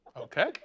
okay